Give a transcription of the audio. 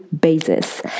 basis